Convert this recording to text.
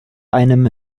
einem